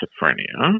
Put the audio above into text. schizophrenia